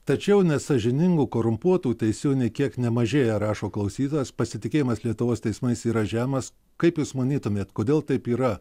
tačiau nesąžiningų korumpuotų teisėjų nė kiek nemažėja rašo klausytojas pasitikėjimas lietuvos teismais yra žemas kaip jūs manytumėt kodėl taip yra